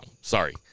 Sorry